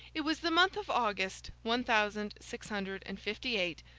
it was the month of august, one thousand six hundred and fifty-eight,